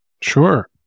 Sure